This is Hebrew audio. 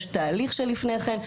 יש תהליך לפני כן,